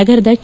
ನಗರದ ಕೆ